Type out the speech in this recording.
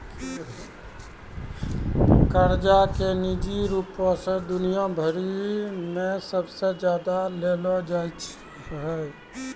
कर्जा के निजी रूपो से दुनिया भरि मे सबसे ज्यादा लेलो जाय छै